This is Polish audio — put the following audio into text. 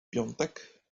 piątek